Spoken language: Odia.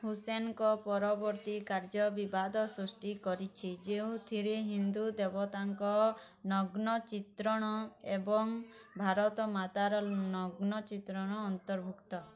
ହୁସେନଙ୍କ ପରବର୍ତ୍ତୀ କାର୍ଯ୍ୟ ବିବାଦ ସୃଷ୍ଟି କରିଛି ଯେଉଁଥିରେ ହିନ୍ଦୁ ଦେବତାଙ୍କ ନଗ୍ନ ଚିତ୍ରଣ ଏବଂ ଭାରତ ମାତାର ନଗ୍ନ ଚିତ୍ରଣ ଅନ୍ତର୍ଭୁକ୍ତ